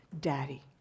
daddy